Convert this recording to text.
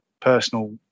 personal